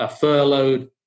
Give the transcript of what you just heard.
furloughed